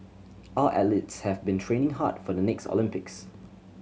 all athletes have been training hard for the next Olympics